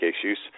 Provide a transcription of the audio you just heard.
issues